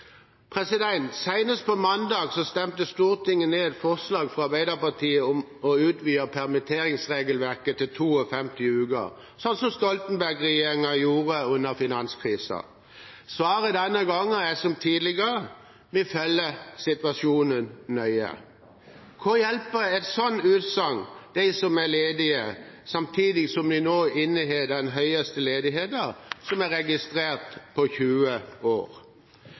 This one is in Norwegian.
på mandag stemte Stortinget ned et forslag fra Arbeiderpartiet om å utvide permitteringsregelverket til 52 uker, slik som Stoltenberg-regjeringen gjorde under finanskrisen. Svaret denne gangen er, som tidligere, at man følger situasjonen nøye. Hva hjelper et slikt utsagn de som er ledige, samtidig som vi nå har den høyeste ledigheten som er registrert på 20 år?